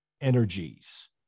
energies